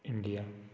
India